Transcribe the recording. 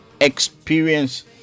experience